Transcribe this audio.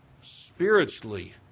spiritually